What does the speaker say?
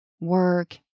work